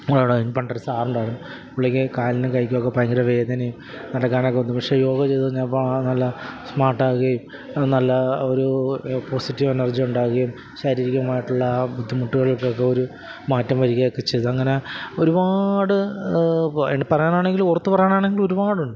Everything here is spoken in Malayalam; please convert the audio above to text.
നമ്മുടെ അവിടെ പണ്ടൊരു സാർ ഉണ്ടായിരുന്നു പുള്ളിക്ക് കാലിനും കൈക്കും ഒക്കെ ഭയങ്കര വേദനയും നടക്കാൻ ഒക്കെ പക്ഷെ യോഗ ചെയ്ത് കഴിഞ്ഞപ്പോൾ ആൾ നല്ല സ്മാര്ട്ട് ആകുകയും നല്ല ഒരു പോസിറ്റീവ് എനര്ജി ഉണ്ടാകുകയും ശാരീരികമായിട്ടുള്ള ആ ബുദ്ധിമുട്ടുകള്ക്കൊക്കെ ഒരു മാറ്റം വരികയും ഒക്കെ ചെയ്തു അങ്ങനെ ഒരുപാട് പിന്നെ പറയാനാണെങ്കിൽ ഓര്ത്ത് പറയാനാണെങ്കിൽ ഒരുപാടുണ്ട്